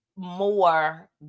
more